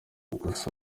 gusa